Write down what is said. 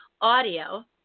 audio